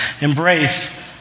Embrace